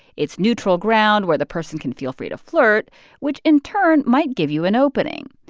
it's neutral ground where the person can feel free to flirt which, in turn, might give you an opening.